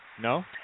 No